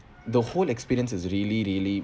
the whole experience is really really